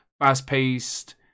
fast-paced